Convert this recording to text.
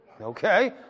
okay